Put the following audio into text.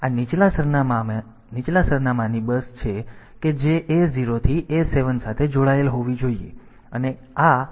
તેથી આ નીચલા સરનામાંની બસ છે કે જે A0 થી A7 સાથે જોડાયેલ હોવી જોઈએ અને આ A8 અને A9 છે